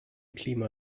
klima